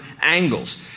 angles